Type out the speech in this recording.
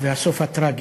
והסוף הטרגי,